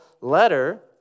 letter